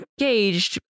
engaged